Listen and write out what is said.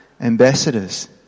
ambassadors